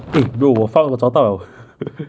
eh bro~ 我 found 我找到 liao